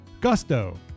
Gusto